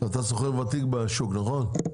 אתה סוחר ותיק בשוק, נכון?